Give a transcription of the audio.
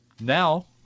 Now